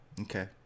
Okay